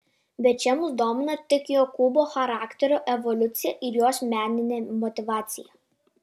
bet čia mus domina tik jokūbo charakterio evoliucija ir jos meninė motyvacija